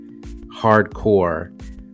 Hardcore